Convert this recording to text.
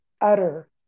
utter